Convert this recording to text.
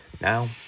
Now